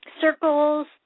circles